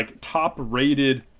top-rated